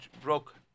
broke